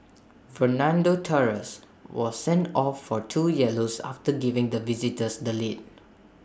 Fernando Torres was sent off for two yellows after giving the visitors the lead